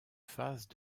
faces